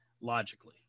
logically